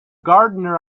gardener